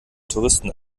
touristen